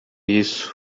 isso